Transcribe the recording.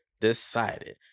decided